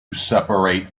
separate